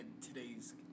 today's –